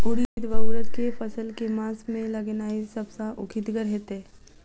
उड़ीद वा उड़द केँ फसल केँ मास मे लगेनाय सब सऽ उकीतगर हेतै?